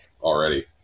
already